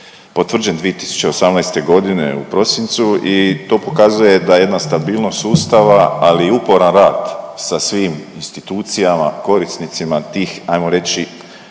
potvrđen 2018.g. u prosincu i to pokazuje da jedna stabilnost sustava, ali i uporan rad sa svim institucijama korisnicima tih ajmo reći